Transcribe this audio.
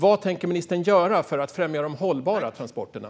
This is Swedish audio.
Vad tänker ministern göra för att främja de hållbara transporterna?